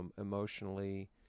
emotionally